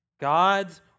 God's